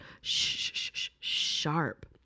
sharp